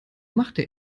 machte